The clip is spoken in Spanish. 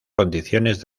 condiciones